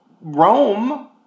Rome